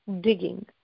digging